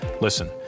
Listen